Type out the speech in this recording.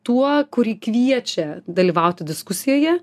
tuo kurį kviečia dalyvauti diskusijoje